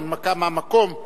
הנמקה מהמקום,